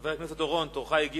חבר הכנסת חיים אורון, תורך הגיע.